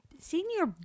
senior